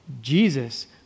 Jesus